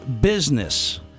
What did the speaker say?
Business